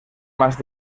más